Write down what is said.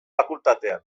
fakultatean